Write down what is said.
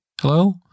hello